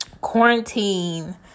quarantine